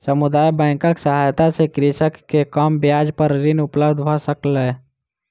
समुदाय बैंकक सहायता सॅ कृषक के कम ब्याज पर ऋण उपलब्ध भ सकलै